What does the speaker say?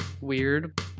weird